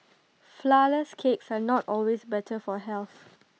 Flourless Cakes are not always better for health